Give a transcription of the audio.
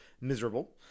miserable